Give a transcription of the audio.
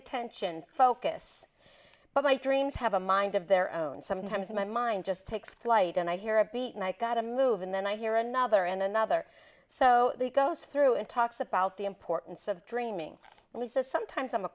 attention focus but my dreams have a mind of their own sometimes my mind just takes flight and i hear a beat and i gotta move and then i hear another and another so it goes through and talks about the importance of dreaming and he says sometimes i'm a